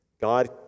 God